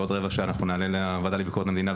בעוד רבע שעה אנחנו נעלה לוועדה לביקורת המדינה,